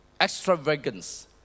extravagance